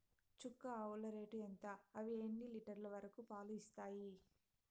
చుక్క ఆవుల రేటు ఎంత? అవి ఎన్ని లీటర్లు వరకు పాలు ఇస్తాయి?